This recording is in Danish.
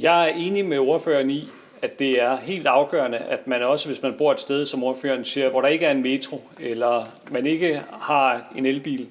Jeg er enig med ordføreren i, at det er helt afgørende, at hvis man, som ordføreren siger, bor et sted, hvor der ikke er en metro, eller man ikke har en elbil,